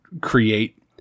create